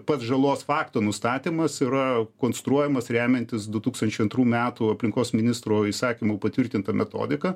pats žalos fakto nustatymas yra konstruojamas remiantis du tūkstančiai antrų metų aplinkos ministro įsakymu patvirtinta metodika